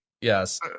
Yes